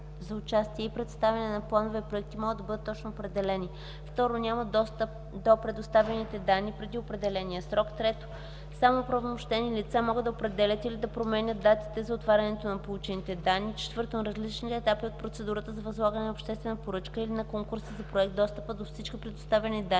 за участие и представянето на планове и проекти могат да бъдат точно определени; 2. няма достъп до предоставените данни преди определения срок; 3. само оправомощени лица могат да определят или да променят датите за отварянето на получените данни; 4. на различните етапи от процедурата за възлагане на обществена поръчка или на конкурса за проект достъпът до всички предоставени данни